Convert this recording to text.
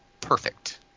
perfect